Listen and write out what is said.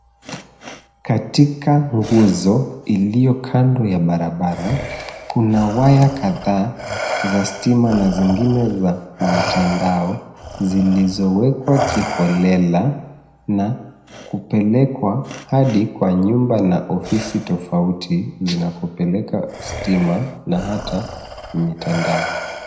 Katika nguzo iliyo kando ya barabara kuna waya kadhaa za stima na zingine za mtandao zilizowekwa kiholela na kupelekwa hadi kwa nyumba na ofisi tofauti zinakopeleka stima na hata mitandao.